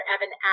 Evan